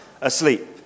asleep